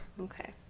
okay